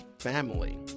family